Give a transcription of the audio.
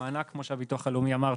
המענק כמו שהביטוח הלאומי אמר,